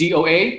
Doa